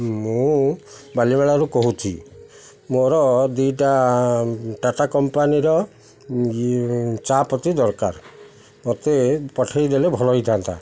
ମୁଁ ବାଲିମାେଳାରୁ କହୁଛିି ମୋର ଦୁଇଟା ଟାଟା କମ୍ପାନୀର ଚା' ପତି ଦରକାର ମୋତେ ପଠାଇଦେଲେ ଭଲ ହେଇଥାନ୍ତା